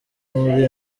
muri